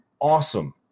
awesome